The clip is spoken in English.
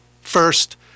first